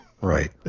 Right